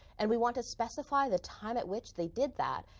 and we want to specify the time at which they did that,